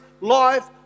life